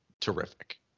terrific